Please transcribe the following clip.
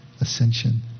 ascension